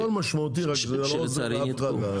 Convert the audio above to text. הכול משמעותי, רק שזה לא עוזר לאף אחד.